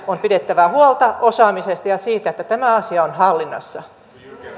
on pidettävä huolta osaamisesta ja siitä että tämä asia on hallinnassa